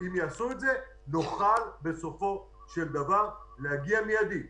אם יעשו את זה נוכל בסופו של דבר להגיע מידית לפתרון.